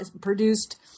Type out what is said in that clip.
produced